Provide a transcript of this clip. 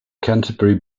canterbury